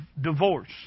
divorce